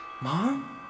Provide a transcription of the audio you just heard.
Mom